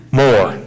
more